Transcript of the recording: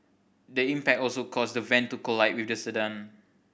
the impact also caused the van to collide with the sedan